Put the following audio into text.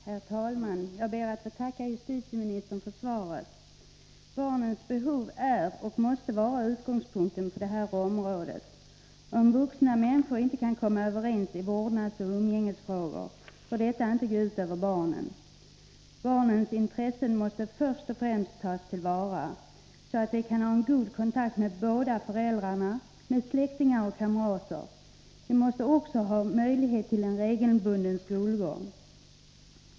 Herr talman! Jag ber att få tacka justitieministern för svaret. Barnens behov är och måste vara utgångspunkten på detta område. Om vuxna människor inte kan komma överens om vårdnadsoch umgängesfrågor får detta inte gå ut över barnen. Barnens intressen måste först och främst tas till vara, så att barnen kan ha en god kontakt med båda föräldrarna, släktingar och kamrater. De måste också ha möjlighet till en regelbunden skolgång.